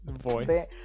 voice